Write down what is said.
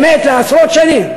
באמת לעשרות שנים,